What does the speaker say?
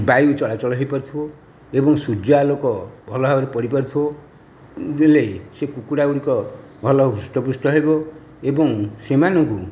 ବାୟୁ ଚଳାଚଳ ହୋଇପାରୁଥିବ ଏବଂ ସୁର୍ଯ୍ୟ ଆଲୋକ ଭଲ ଭାବରେ ପଡ଼ିପାରୁଥିବ ଏମିତି ହେଲେ ସେ କୁକୁଡ଼ା ଗୁଡ଼ିକ ଭଲ ହୃଷ୍ଟ ପୃଷ୍ଟ ହେବ ଏବଂ ସେମାନଙ୍କୁ